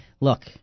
look